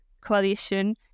coalition